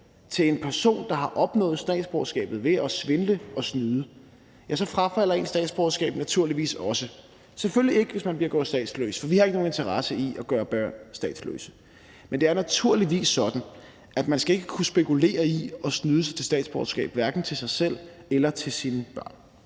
til en person, der har opnået statsborgerskabet ved at svindle og snyde, så falder ens statsborgerskab naturligvis også væk. Det gør det selvfølgelig ikke, hvis man bliver statsløs, for vi har ikke nogen interesse i at gøre børn statsløse. Men det er naturligvis sådan, at man ikke skal kunne spekulere i at snyde sig til statsborgerskab, hverken til sig selv eller til sine børn.